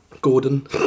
Gordon